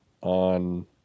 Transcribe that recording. on